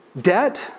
debt